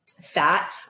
Fat